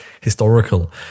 historical